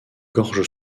gorge